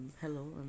Hello